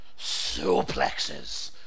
suplexes